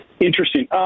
Interesting